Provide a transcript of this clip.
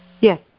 Yes